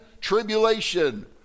tribulation